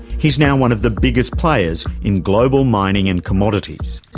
he's now one of the biggest players in global mining and commodities.